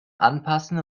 anpassen